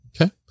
okay